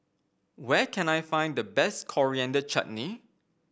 where can I find the best Coriander Chutney